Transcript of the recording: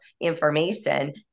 information